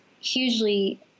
hugely